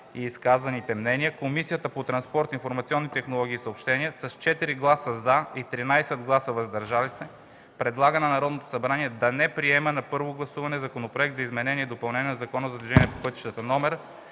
и изказаните мнения Комисията по транспорт, информационни технологии и съобщения, с 4 гласа „за” и 13 гласа „въздържал се”, предлага на Народното събрание да не приема на първо гласуване Законопроект за изменение и допълнение на Закона за движението по пътищата,